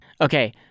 Okay